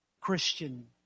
Christian